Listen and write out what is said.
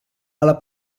alla